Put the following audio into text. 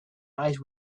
eye